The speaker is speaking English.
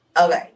Okay